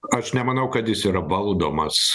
aš nemanau kad jis yra valdomas